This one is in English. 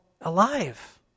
alive